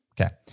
Okay